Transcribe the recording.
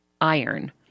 iron